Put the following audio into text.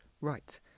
Right